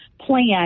plan